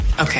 Okay